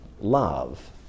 love